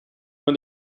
when